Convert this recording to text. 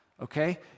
okay